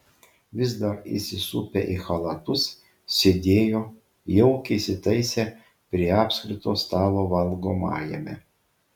vis dar įsisupę į chalatus sėdėjo jaukiai įsitaisę prie apskrito stalo valgomajame